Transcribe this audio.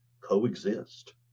coexist